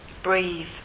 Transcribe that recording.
Breathe